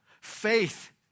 Faith